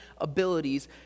abilities